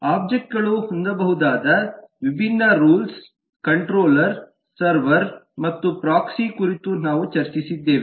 ಒಬ್ಜೆಕ್ಟ್ಗಳು ಹೊಂದಬಹುದಾದ ವಿಭಿನ್ನ ರೂಲ್ಸ್ಗಳು ಕಂಟ್ರೋಲರ್ ಸರ್ವರ್ ಮತ್ತು ಪ್ರಾಕ್ಸಿ ಕುರಿತು ನಾವು ಚರ್ಚಿಸಿದ್ದೇವೆ